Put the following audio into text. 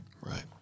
Right